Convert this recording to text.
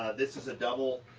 this is a double,